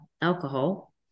alcohol